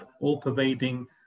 all-pervading